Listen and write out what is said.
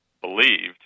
believed